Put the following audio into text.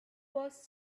was